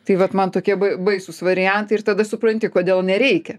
tai vat man tokie baisūs variantai ir tada supranti kodėl nereikia